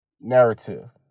narrative